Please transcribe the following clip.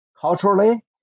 culturally